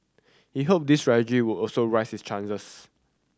he hope this strategy would also raise his chances